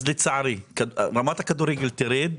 אז לצערי רמת הכדורגל תרד,